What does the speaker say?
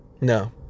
no